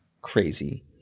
Crazy